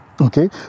Okay